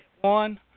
one